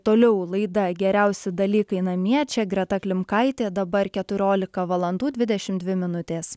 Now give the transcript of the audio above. toliau laida geriausi dalykai namie čia greta klimkaitė dabar keturiolika valandų dvidešimt dvi minutės